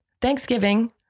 Thanksgiving